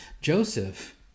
Joseph